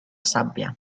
sabbia